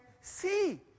see